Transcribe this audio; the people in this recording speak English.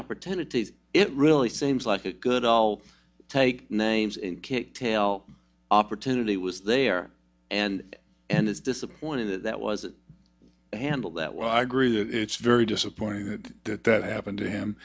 opportunities it really seems like a good i'll take names and kick tail opportunity was there and and it's disappointing that that wasn't handled that well i agree that it's very disappointing that it happened to him